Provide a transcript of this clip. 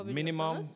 minimum